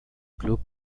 club